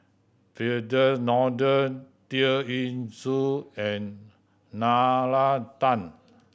Firdaus Nordin Tear Ee Soon and Nalla Tan